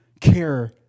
care